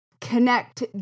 connect